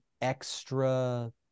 extra